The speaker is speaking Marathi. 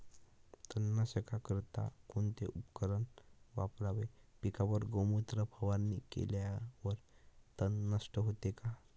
तणनाशकाकरिता कोणते उपकरण वापरावे? पिकावर गोमूत्र फवारणी केल्यावर तण नष्ट होते का?